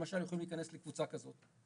למשל יכולים להיכנס לקבוצה כזאת.